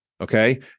Okay